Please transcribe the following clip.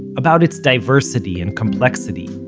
about its diversity and complexity.